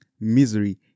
misery